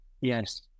Yes